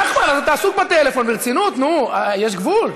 נחמן, אבל אתה עסוק בטלפון, ברצינות, נו, יש גבול.